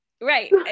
Right